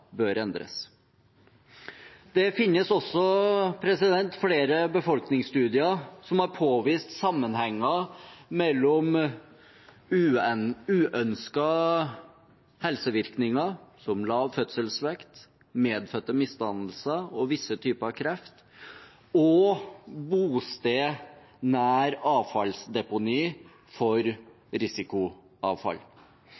bør endres. Det finnes også flere befolkningsstudier som har påvist sammenhenger mellom uønskede helsevirkninger – som lav fødselsvekt, medfødte misdannelser og visse typer kreft – og bosted nær avfallsdeponier for